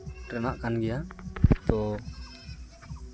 ᱨᱮᱱᱟᱜ ᱠᱟᱱ ᱜᱮᱭᱟ ᱛᱚ